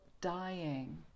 dying